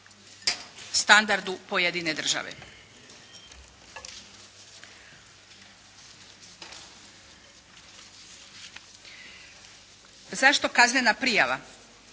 standardu pojedine države. Zašto kaznena prijava